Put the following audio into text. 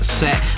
set